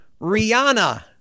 Rihanna